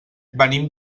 venim